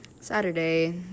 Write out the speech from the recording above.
saturday